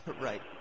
Right